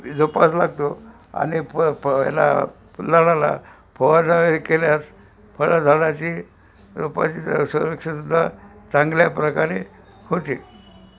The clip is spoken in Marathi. जोपासावे लागतो आणि फ फ याला फुलझाडाला फवारणी हे केल्यास फळ झाडाची रोपाची सुरक्षित सुद्धा चांगल्याप्रकारे होते